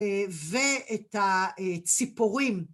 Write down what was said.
ואת הציפורים.